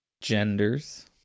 Genders